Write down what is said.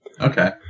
Okay